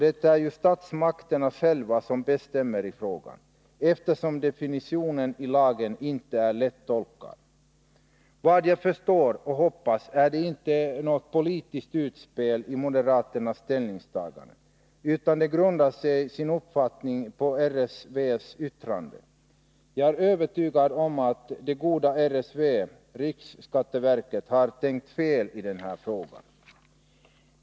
Det är ju statsmakterna själva som bestämmer i frågan, eftersom definitionen i lagen inte är lättolkad. Vad jag förstår och hoppas är det inte något politiskt utspel i moderaternas ställningstaganden, utan de grundar sin uppfattning på riksskatteverkets yttrande. Jag är övertygad om att det goda riksskatteverket har tänkt fel i den här frågan.